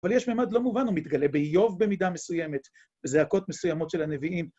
אבל יש ממד לא מובן, הוא מתגלה ביוב במידה מסוימת, בזעקות מסוימות של הנביאים.